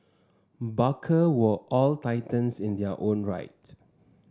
barker were all titans in their own right